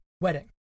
wedding